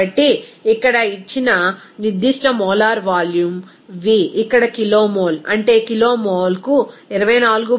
కాబట్టి ఇక్కడ ఇచ్చిన నిర్దిష్ట మోలార్ వాల్యూమ్ v ఇక్కడ కిలోమోల్ అంటే కిలోమోల్కు 24